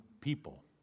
people